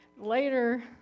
later